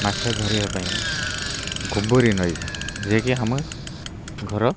ମାଛ ଧରିବା ପାଇଁ ଗୁବୁରୀ ନଈକି ଯିଏ କି ଆମ ଘର